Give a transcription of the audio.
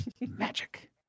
Magic